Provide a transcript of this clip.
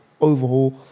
Overhaul